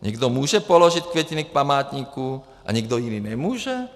Někdo může položit květiny k památku a někdo jiný nemůže?